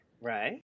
Right